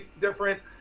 different